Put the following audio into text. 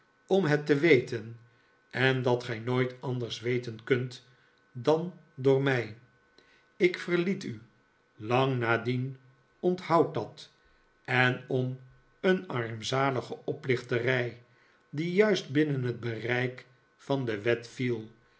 om het te weten en dat gij nooit anders weten kunt dan door mij ik verliet u lang nadien onthoud dat en om een armzalige oplichterij die juist binnen het bereik van de wet viel